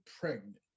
pregnant